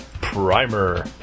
Primer